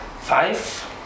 five